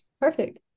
perfect